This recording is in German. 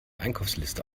einkaufsliste